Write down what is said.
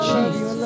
Jesus